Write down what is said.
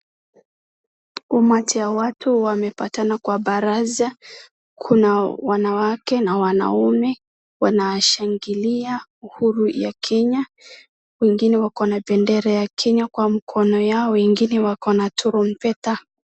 Umati ya watu wamepatana kwa baraza, kuna wanawake na wanaume, wanashangilia uhuru ya Kenya, wengine wako na bendera ya Kenya kwa mkono yao wengine wako na tarumbeta.